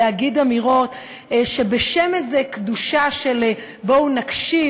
להגיד אמירות שבשם איזו קדושה של "בואו נקשיב,